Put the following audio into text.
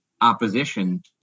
opposition